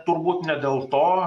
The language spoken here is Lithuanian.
turbūt ne dėl to